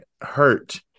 hurt